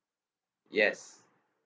yes